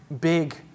big